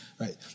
right